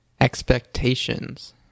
Expectations